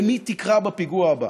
למי תקרא בפיגוע הבא?